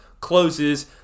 closes